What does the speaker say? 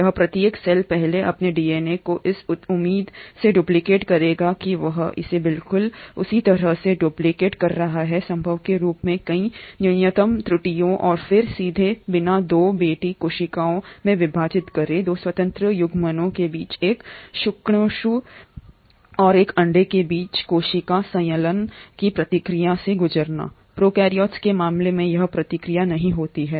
यहां प्रत्येक सेल पहले अपने डीएनए को इस उम्मीद में डुप्लिकेट करेगा कि वह इसे बिल्कुल उसी तरह से डुप्लिकेट कर रहा है संभव के रूप में कई न्यूनतम त्रुटियों और फिर सीधे बिना 2 बेटी कोशिकाओं में विभाजित करें 2 स्वतंत्र युग्मकों के बीच एक शुक्राणु और एक अंडे के बीच कोशिका संलयन की प्रक्रिया से गुजरना प्रोकैरियोट्स के मामले में यह प्रक्रिया नहीं होती है